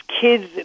kids